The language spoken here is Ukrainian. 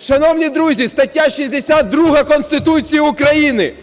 Шановні друзі, стаття 62 Конституції України: